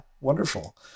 Wonderful